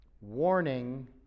warning